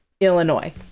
Illinois